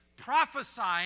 prophesying